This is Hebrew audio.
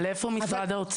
אני חייבת להגיד משהו,